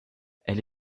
elle